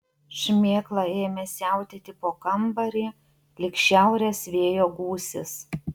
šmėkla ėmė siautėti po kambarį lyg šiaurės vėjo gūsis